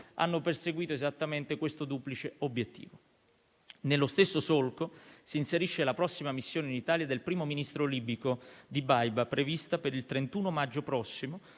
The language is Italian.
hanno perseguito esattamente questo duplice obiettivo. Nello stesso solco si inserisce la prossima missione in Italia del primo ministro libico Dbeibeh prevista per il 31 maggio prossimo